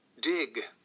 dig